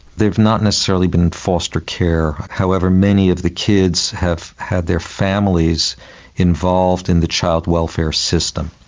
they have not necessarily been in foster care, however many of the kids have had their families involved in the child welfare system.